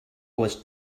was